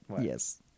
Yes